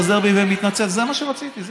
לתת לו פרס למעשה, יולי אדלשטיין,